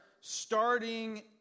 starting